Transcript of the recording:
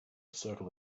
circle